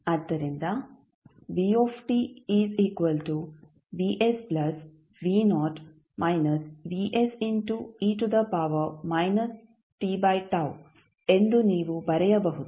ಆದ್ದರಿಂದ v is equal to vs plus v naught minus vs into e to the power minus t by tau ಎಂದು ನೀವು ಬರೆಯಬಹುದು